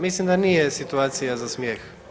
Mislim da nije situacija za smijeh.